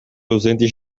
itens